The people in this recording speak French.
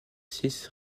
six